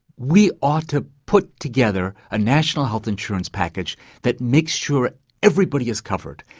we ought to put together a national health insurance package that makes sure everybody is covered,